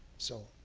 so